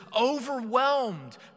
overwhelmed